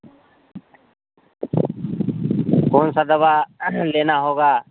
कौनसा दवा लेना होगा